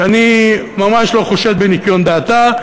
שאני ממש לא חושד בניקיון דעתה,